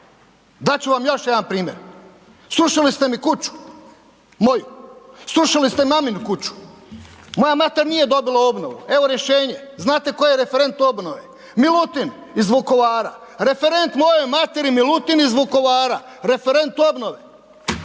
Dat ću vam još jedan primjer. Srušili ste mi kuću, moju, srušili ste maminu kuću. Moja mater nije dobila obnovu, evo rješenje. Znate tko je referent obnove? Milutin iz Vukovara. Referent mojoj materi Milutin iz Vukovara, referent obnove.